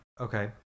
Okay